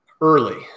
early